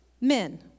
Men